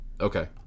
okay